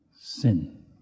sin